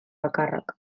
bakarrak